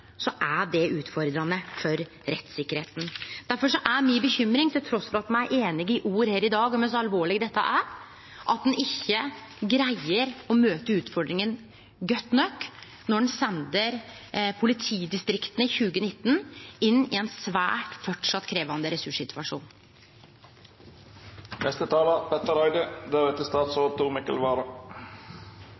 er det utfordrande for rettstryggleiken. Difor er mi bekymring – trass i at me i ord er einige her i dag om kor alvorleg dette er – at ein ikkje greier å møte utfordringa godt nok når ein sender politidistrikta inn i 2019 med ein framleis svært krevjande